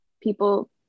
people